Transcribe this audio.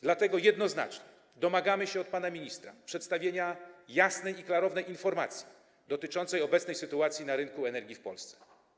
Dlatego jednoznacznie domagamy się od pana ministra przedstawienia jasnej i klarownej informacji dotyczącej obecnej sytuacji na rynku energii w Polsce.